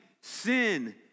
sin